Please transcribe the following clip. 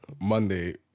Monday